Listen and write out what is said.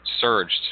surged